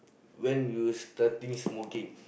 when you starting smoking